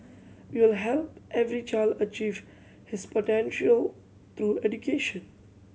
we will help every child achieve his potential through education